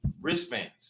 wristbands